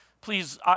please